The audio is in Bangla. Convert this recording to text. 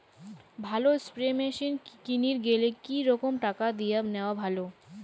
ভালো স্প্রে মেশিন কিনির গেলে কি রকম টাকা দিয়া নেওয়া ভালো?